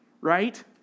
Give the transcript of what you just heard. Right